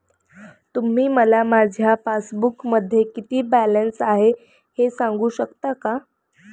तुम्ही मला माझ्या पासबूकमध्ये किती बॅलन्स आहे हे सांगू शकता का?